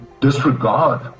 disregard